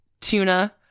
tuna